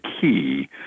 key